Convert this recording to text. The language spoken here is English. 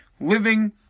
living